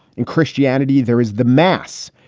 in christianity, there is the mass,